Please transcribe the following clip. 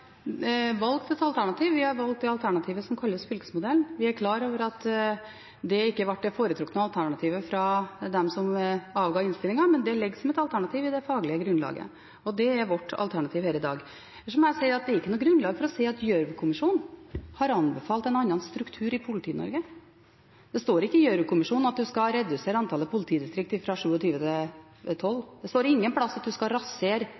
har valgt et alternativ, vi har valgt det alternativet som kalles «fylkesmodellen». Vi er klar over at det ikke ble det foretrukne alternativet fra dem som avga innstillingen, men det ligger som et alternativ i det faglige grunnlaget. Og det er vårt alternativ her i dag. Ellers må jeg si at det er ikke noe grunnlag for å si at Gjørv-kommisjonen har anbefalt en annen struktur i Politi-Norge. Det står ikke i Gjørv-kommisjonens rapport at en skal redusere antallet politidistrikt fra 27 til 12. Det står ikke at en skal rasere